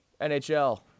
NHL